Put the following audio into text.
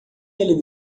ele